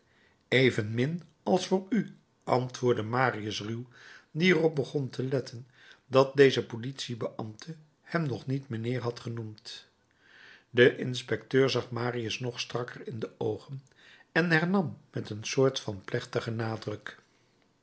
evenmin als voor u antwoordde marius ruw die er op begon te letten dat deze politiebeambte hem nog niet mijnheer had genoemd de inspecteur zag marius nog strakker in de oogen en hernam met een soort van plechtigen nadruk